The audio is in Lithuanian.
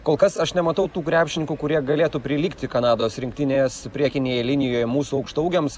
kol kas aš nematau tų krepšininkų kurie galėtų prilygti kanados rinktinės priekinėje linijoj mūsų aukštaūgiams